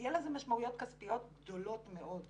ויהיה לזה משמעויות כספיות גדולות מאוד כנראה.